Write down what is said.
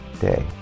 day